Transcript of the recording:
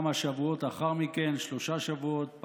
כמה שבועות לאחר מכן,